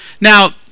Now